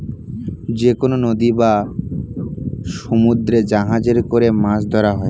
যেকনো নদী বা সমুদ্রে জাহাজে করে মাছ ধরা হয়